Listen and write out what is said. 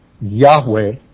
Yahweh